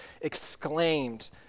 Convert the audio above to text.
exclaimed